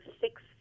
six